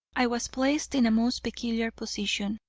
i was placed in a most peculiar position.